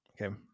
Okay